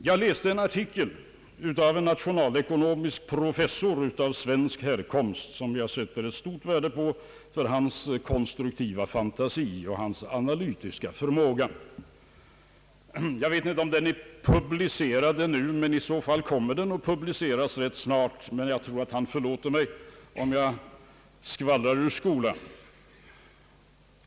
Jag läste nyligen en artikel av en professor i nationalekonomi av svensk härkomst, vilken jag sätter stort värde på för hans konstruktiva fantasi och analytiska förmåga. Jag vet inte om artikeln ännu är publicerad, men i så fall kommer den att bli det ganska snart. Jag tror han förlåter mig om jag skvallrar ur skolan.